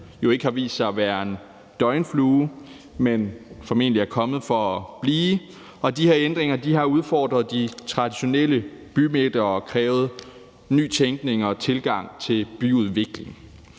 jo ikke har vist sig at være en døgnflue, men noget, der formentlig er kommet for at blive. Og de her ændringer har udfordret de traditionelle bymidter og krævet nytænkning og nye tilgange til byudvikling.